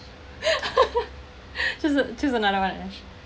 choose a choose another one